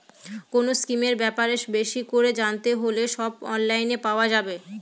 কোনো স্কিমের ব্যাপারে বেশি করে জানতে হলে সব অনলাইনে পাওয়া যাবে